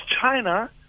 China